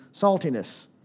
saltiness